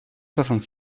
soixante